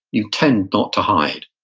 you tend not to hide.